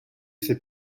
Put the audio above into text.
c’est